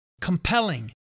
compelling